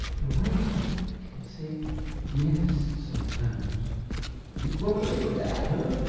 the way he can say yes, sometimes you've bumped into that, huh?